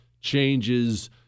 changes